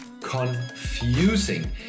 confusing